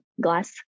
glass